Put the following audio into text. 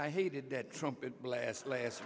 i hated that trumpet blast las